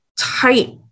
tight